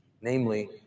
namely